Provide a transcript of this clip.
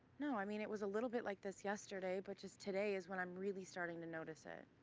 no. i mean, it was a little bit like this yesterday, but just today is when i'm really starting to notice it.